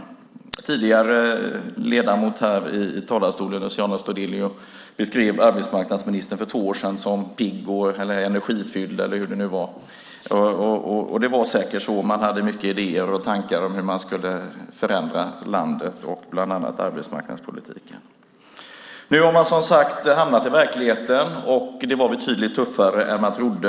Den tidigare ledamoten här i talarstolen, Luciano Astudillo, beskrev arbetsmarknadsministern för två år sedan som pigg och energifylld eller hur det nu var, och det var säkert så. Man hade mycket idéer och tankar om hur man skulle förändra landet - bland annat arbetsmarknadspolitiken. Nu har man hamnat i verkligheten, och det var betydligt tuffare än man trodde.